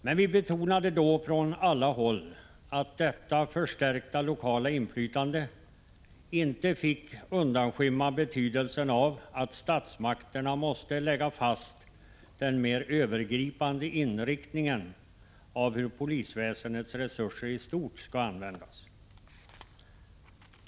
Men vi betonade då från alla håll att detta förstärkta lokala inflytande inte fick undanskymma betydelsen av att statsmakterna lägger fast den mer övergripande inriktningen av hur polisväsendets resurser i stort skall användas.